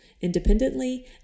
independently